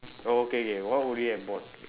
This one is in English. oh okay okay what would you have bought